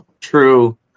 true